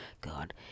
God